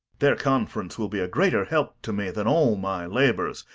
their conference will be a greater help to me than all my labours,